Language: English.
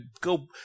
go